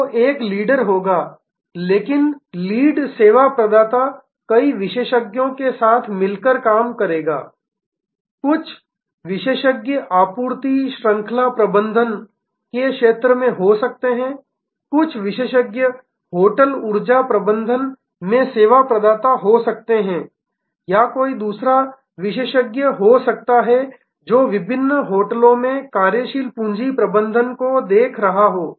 तो एक लीडर होगा लेकिन लीड सेवा प्रदाता कई विशेषज्ञों के साथ मिलकर काम करेगा कुछ विशेषज्ञ आपूर्ति श्रंखला प्रबंधन के क्षेत्र में हो सकते हैं कुछ विशेषज्ञ होटल ऊर्जा प्रबंधन में सेवा प्रदाता हो सकते हैं या यह कोई दूसरा विशेषज्ञ हो सकता है जो विभिन्न होटलों में कार्यशील पूंजी प्रबंधन को देख रहा है